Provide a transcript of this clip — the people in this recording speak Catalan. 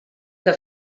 que